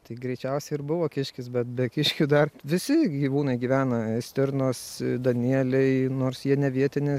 tai greičiausiai ir buvo kiškis bet be kiškių dar visi gyvūnai gyvena stirnos danieliai nors jie ne vietinė